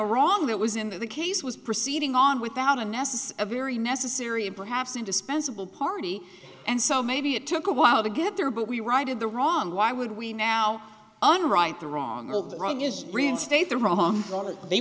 a wrong that was in the case was proceeding on without a necessary very necessary and perhaps indispensable party and so maybe it took a while to get there but we righted the wrong why would we now and right the wrong of the wrong is reinstate the wrong